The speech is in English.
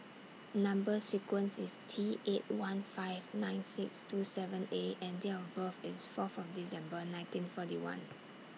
Number sequence IS T eight one five nine six two seven A and Date of birth IS four of December nineteen forty one